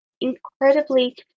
incredibly